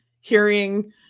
Hearing